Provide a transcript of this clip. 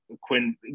Quinn